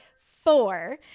four